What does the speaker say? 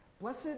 Blessed